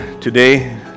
today